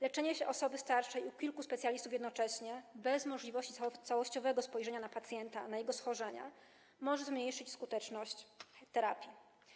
Leczenie się osoby starszej u kilku specjalistów jednocześnie, bez możliwości całościowego spojrzenia na pacjenta, na jego schorzenia, może zmniejszyć skuteczność terapii.